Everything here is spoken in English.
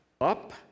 up